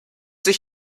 sich